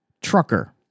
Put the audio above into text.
trucker